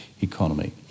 economy